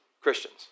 Christians